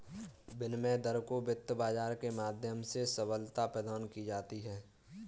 विनिमय दर को वित्त बाजार के माध्यम से सबलता प्रदान की जाती है